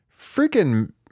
freaking